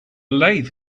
lathe